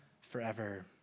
forever